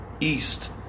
East